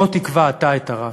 בוא תקבע אתה את הרף.